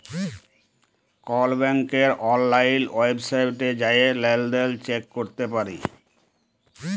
call ব্যাংকের অললাইল ওয়েবসাইটে জাঁয়ে লেলদেল চ্যাক ক্যরতে পারি